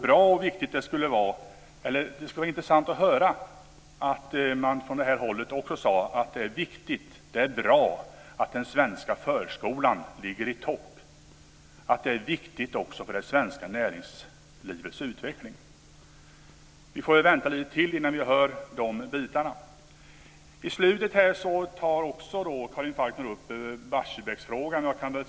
Det skulle vara intressant att från det här hållet också få höra att det är viktigt och bra att den svenska förskolan ligger i topp och att det är viktigt också för det svenska näringslivets utveckling. Vi får väl vänta lite till innan vi får höra detta. I slutet av sitt anförande tar Karin Falkmer upp Barsebäcksfrågan.